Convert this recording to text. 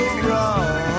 wrong